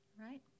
right